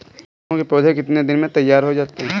गेहूँ के पौधे कितने दिन में तैयार हो जाते हैं?